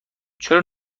چرا